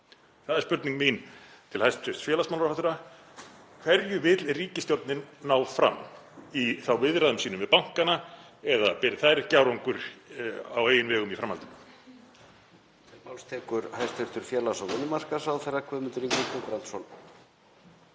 Það er spurning mín til hæstv. félagsmálaráðherra. Hverju vill ríkisstjórnin ná fram í viðræðum sínum við bankana, eða beri þær ekki árangur þá á eigin vegum í framhaldinu?